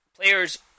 players